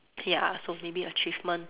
ya so maybe achievement